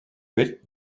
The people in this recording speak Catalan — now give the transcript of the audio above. fet